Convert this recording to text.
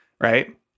right